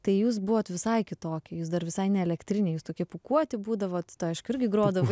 tai jūs buvot visai kitokie jūs dar visai neelektriniai jūs tokie pūkuoti būdavot tu aišku irgi grodavau